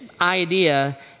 idea